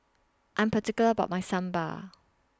I Am particular about My Sambar